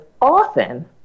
often